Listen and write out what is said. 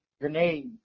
grenades